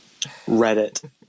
Reddit